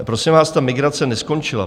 Prosím vás, ta migrace neskončila.